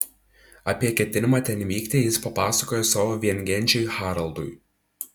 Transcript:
apie ketinimą ten vykti jis papasakojo savo viengenčiui haraldui